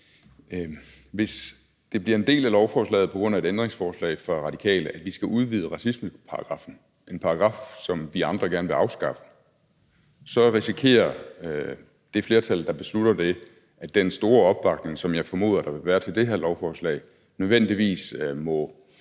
Hvis det bliver en del af lovforslaget på grund af et ændringsforslag fra Radikale, at vi skal udvide racismeparagraffen – en paragraf, som vi andre gerne vil afskaffe – så risikerer det flertal, der beslutter det, at den store opbakning, som jeg formoder der vil være til det her lovforslag, nødvendigvis må skrumpe.